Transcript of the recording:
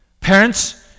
Parents